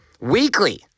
Weekly